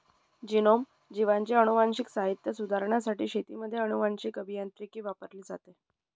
genome, जीवांचे अनुवांशिक साहित्य सुधारण्यासाठी शेतीमध्ये अनुवांशीक अभियांत्रिकी वापरली जाते